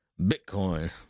Bitcoin